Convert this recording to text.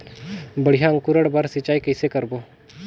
बढ़िया अंकुरण बर सिंचाई कइसे करबो?